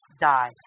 die